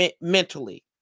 mentally